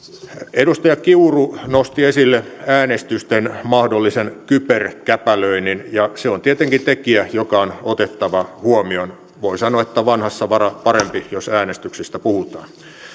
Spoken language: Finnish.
edustaja kiuru nosti esille äänestysten mahdollisen kyberkäpälöinnin ja se on tietenkin tekijä joka on otettava huomioon voi sanoa että vanhassa vara parempi jos äänestyksistä puhutaan